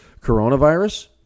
coronavirus